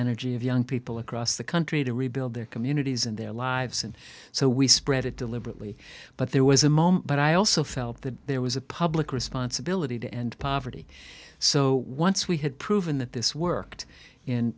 energy of young people across the country to rebuild their communities and their lives and so we spread it deliberately but there was a moment but i also felt that there was a public responsibility to end poverty so once we had proven that this worked in